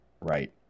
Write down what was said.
right